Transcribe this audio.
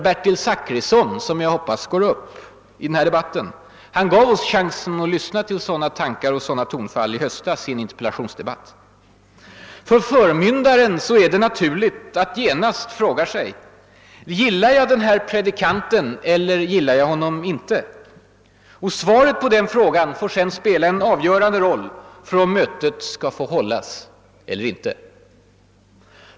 Bertil Zachrisson — som jag hoppas går upp i den här debatten — gav oss chansen till det i höstas i en interpellationsdebatt. För förmyndaren är det naturligt att genast fråga sig: Gillar jag den här predikanten eller gillar jag honom inte? Och svaret på den frågan får sedan spela en avgörande roll för om mötet skall få hållas eller inte.